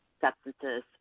substances